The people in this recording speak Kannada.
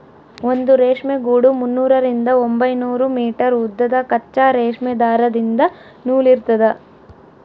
ಒಂದು ರೇಷ್ಮೆ ಗೂಡು ಮುನ್ನೂರರಿಂದ ಒಂಬೈನೂರು ಮೀಟರ್ ಉದ್ದದ ಕಚ್ಚಾ ರೇಷ್ಮೆ ದಾರದಿಂದ ನೂಲಿರ್ತದ